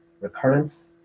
recurrence